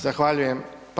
Zahvaljujem.